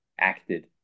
acted